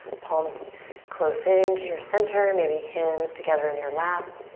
palms close in to your center. maybe hands together in your lap.